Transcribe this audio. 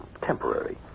Temporary